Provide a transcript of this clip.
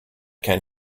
can